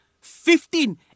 fifteen